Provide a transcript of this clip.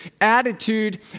attitude